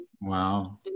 Wow